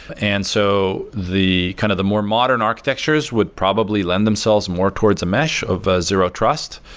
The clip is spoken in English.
and so the kind of the more modern architectures would probably lend themselves more towards a mesh of a zero trust.